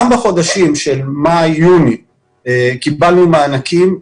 בחודשים מאי-יוני קיבלנו מענקים.